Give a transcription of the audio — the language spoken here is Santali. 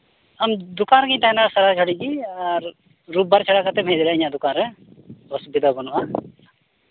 ᱟᱢ ᱫᱚᱠᱟᱱ ᱨᱮᱜᱤᱧ ᱛᱟᱦᱮᱱᱟ ᱥᱟᱨᱟ ᱜᱷᱟᱹᱲᱤᱡ ᱜᱮ ᱟᱨ ᱨᱳᱵᱽᱵᱟᱨ ᱪᱷᱟᱲᱟ ᱠᱟᱛᱮᱢ ᱦᱮᱡ ᱫᱟᱲᱮᱭᱟᱜᱼᱟ ᱤᱧᱟᱹᱜ ᱫᱚᱠᱟᱱ ᱨᱮ ᱚᱥᱩᱵᱤᱫᱷᱟ ᱵᱟᱹᱱᱩᱜᱼᱟ